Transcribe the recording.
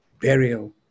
burial